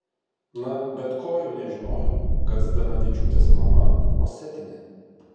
na bet ko jau nežinojau kad zdanavičiūtės mama osetinė